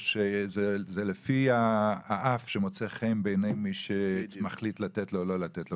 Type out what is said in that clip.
זה שזה לפי האף שמוצא חן בעיניי מי שמחליט לתת לו או לא לתת לו,